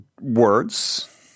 words